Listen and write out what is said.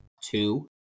two